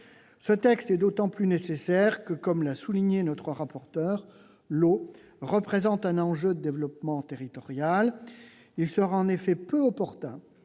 Ce texte est d'autant plus nécessaire que, comme l'a souligné notre rapporteur, l'eau représente un enjeu de développement territorial. Il serait en effet peu opportun